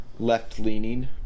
left-leaning